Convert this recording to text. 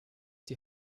die